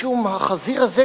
משום החזיר הזה,